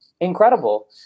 Incredible